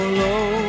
low